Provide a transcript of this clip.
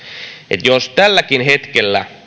että jos tälläkin hetkellä